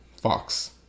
fox